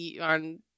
on